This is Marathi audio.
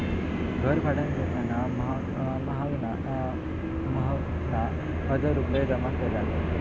घर भाड्यान घेताना महकना हजार रुपये जमा केल्यान